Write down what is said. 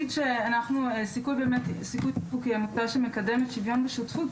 סיכוי אופוק היא עמותה שמקדמת שוויון ושותפות.